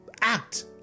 act